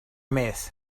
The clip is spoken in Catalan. més